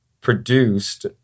produced